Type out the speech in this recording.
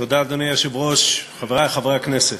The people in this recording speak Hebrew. אדוני היושב-ראש, תודה, חברי חברי הכנסת,